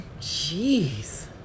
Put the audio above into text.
Jeez